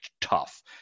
tough